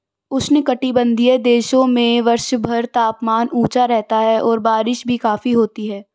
उष्णकटिबंधीय देशों में वर्षभर तापमान ऊंचा रहता है और बारिश भी काफी होती है